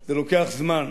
זה לוקח זמן.